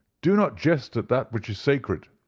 do not jest at that which is sacred,